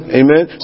amen